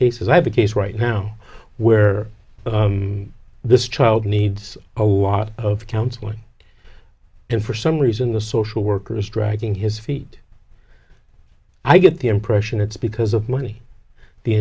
cases i have a case right now where this child needs a lot of counseling in for some reason the social worker is dragging his feet i get the impression it's because of money the